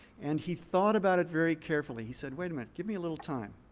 and he thought about it very carefully. he said, wait a minute. give me a little time.